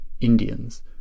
Indians